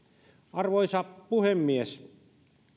arvoisa puhemies